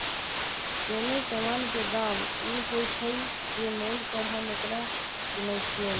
कोनो समान के दाम ऊ होइ छइ जे मोल पर हम ओकरा किनइ छियइ